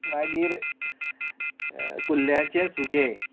मागीर कुल्ल्याचे सुकें